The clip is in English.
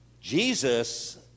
Jesus